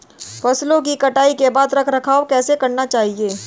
फसलों की कटाई के बाद रख रखाव कैसे करना चाहिये?